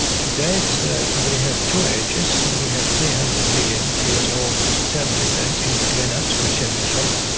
to date we have two ages, we have three hundred million years old thermal event in the granites which have been shocked.